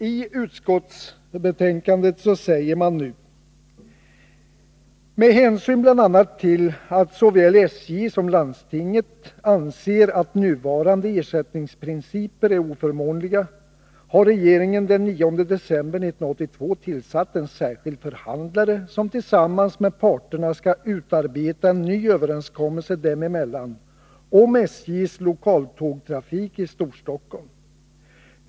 I utskottsbetänkandet säger man nu: ”Med hänsyn bl.a. till att såväl SJ som landstinget anser att nuvarande ersättningsprinciper är oförmånliga har regeringen den 9 december 1982 tillsatt en särskild förhandlare'som tillsammans med parterna skall utarbeta en ny överenskommelse dem emellan om SJ:s lokaltågstrafik i Storstockholm.